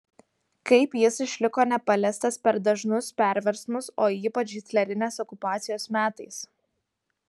kaip jis išliko nepaliestas per dažnus perversmus o ypač hitlerinės okupacijos metais